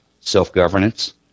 Self-governance